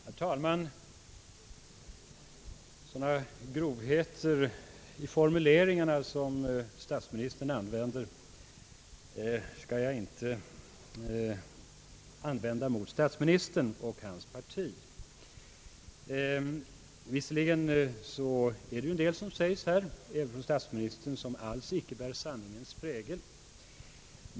Herr talman! Sådana grovheter i formuleringarna som statsministern an vänder skall jag inte begagna mot honom och hans parti. Visserligen kan man säga att en del av det som yttras även från statsministerns sida alls icke bär sanningens prägel.